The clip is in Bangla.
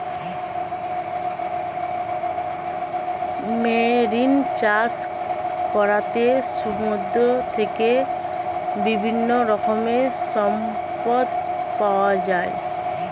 মেরিন চাষ করাতে সমুদ্র থেকে বিভিন্ন রকমের সম্পদ পাওয়া যায়